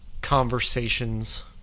conversations